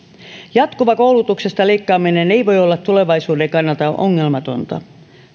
jatkuva koulutuksesta leikkaaminen ei voi olla tulevaisuuden kannalta ongelmatonta